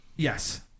Yes